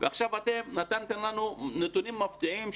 עכשיו אתם נתתם לנו נתונים מפתיעים,